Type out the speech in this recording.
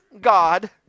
God